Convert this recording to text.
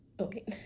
Okay